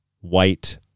white